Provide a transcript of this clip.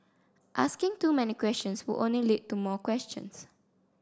asking too many questions would only lead to more questions